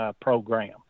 program